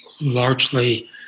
largely